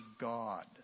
God